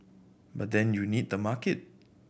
but then you need the market